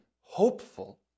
hopeful